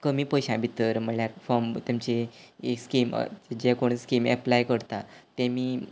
कमी पयश्यां भितर म्हणल्यार तेंचे जे कोण स्किमी एप्लाय करता तेमी